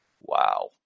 Wow